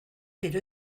pero